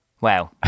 Wow